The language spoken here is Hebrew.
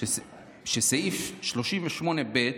שסעיף 38(ב)